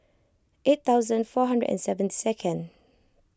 eight thousand four hundred and seventy second